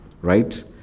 right